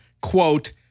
quote